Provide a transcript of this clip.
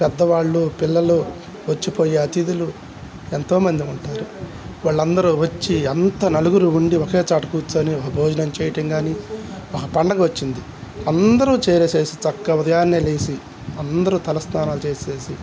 పెద్దవాళ్ళు పిల్లలు వచ్చిపోయే అతిథులు ఎంతోమంది ఉంటారు వాళ్ళు అందరూ వచ్చి అంత నలుగురు ఉండి ఒకే చోట కూర్చొని ఒక భోజనం చేయటం కానీ ఒక పండగ వచ్చింది అందరూ చేరేసేసి చక్కగా ఉదయాన్నే లేచి అందరూ తలస్నానాలు చేసేసి